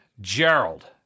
Gerald